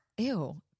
Ew